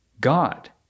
God